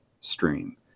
stream